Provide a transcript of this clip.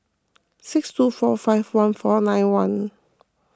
six two four five one four nine one